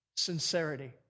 sincerity